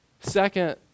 Second